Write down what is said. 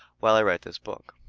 while i write this book.